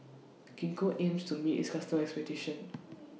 Gingko aims to meet its customers' expectations